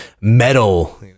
metal